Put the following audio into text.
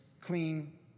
clean